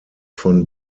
von